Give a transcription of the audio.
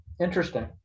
Interesting